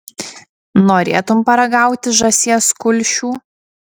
norėtum paragauti žąsies kulšių